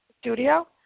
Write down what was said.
Studio